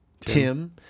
Tim